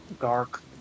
dark